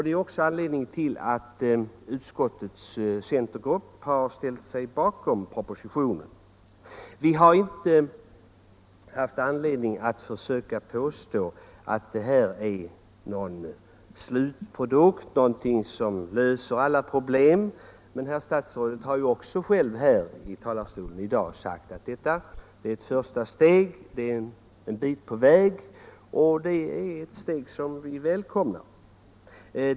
Det är också anledningen till att utskottets centergrupp har ställt sig bakom propositionen. Vi har inte velat påstå att propositionen utgör en slutprodukt, som löser alla problem, och herr statsrådet har också själv i dag från denna talarstol sagt att den representerar ett första steg, och det är ett steg som vi välkomnar.